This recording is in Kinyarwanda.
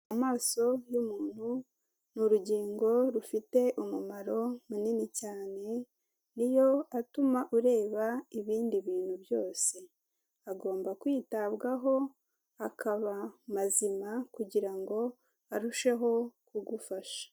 Amaso y'umuntu ni urugingo rufite umumaro munini cyane, niyo atuma ureba ibindi bintu byose. Agomba kwitabwaho akaba mazima kugira ngo arusheho kugufasha.